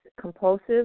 compulsive